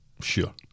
Sure